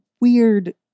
weird